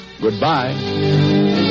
goodbye